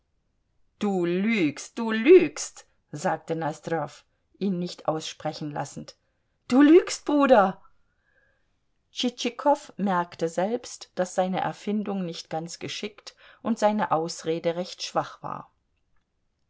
du lügst du lügst sagte nosdrjow ihn nicht aussprechen lassend du lügst bruder tschitschikow merkte selbst daß seine erfindung nicht ganz geschickt und seine ausrede recht schwach war